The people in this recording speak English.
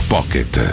Pocket